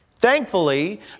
Thankfully